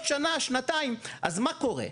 אז מה קורה?